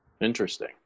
Interesting